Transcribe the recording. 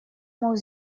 мог